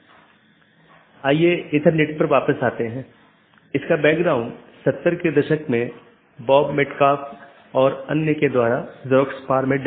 और जैसा कि हम समझते हैं कि नीति हो सकती है क्योंकि ये सभी पाथ वेक्टर हैं इसलिए मैं नीति को परिभाषित कर सकता हूं कि कौन पारगमन कि तरह काम करे